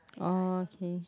oh okay